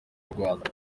rwanda